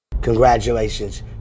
Congratulations